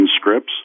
scripts